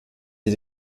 sie